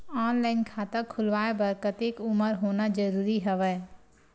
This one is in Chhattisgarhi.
ऑनलाइन खाता खुलवाय बर कतेक उमर होना जरूरी हवय?